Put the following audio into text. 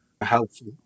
helpful